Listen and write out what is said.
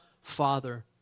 Father